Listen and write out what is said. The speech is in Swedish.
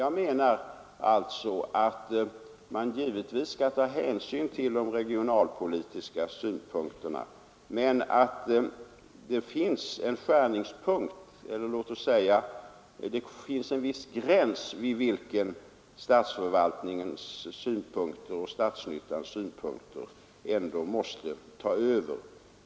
Jag menar alltså att man givetvis skall ta hänsyn till de regionalpolitiska synpunkterna men att det finns en viss gräns vid vilken statsnyttosynpunkten ändå måste ta över.